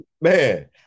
man